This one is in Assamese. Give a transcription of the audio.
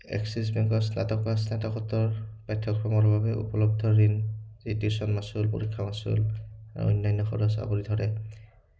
এক্সিছ বেংকৰ স্নাতক বা স্নাতকোত্তৰ পাঠ্যক্ৰমৰ বাবে উপলব্ধ ঋণ যি টিউশ্যনৰ মাচুল পৰীক্ষা মাচুল আৰু অন্যান্য খৰচ আাৱৰি ধৰে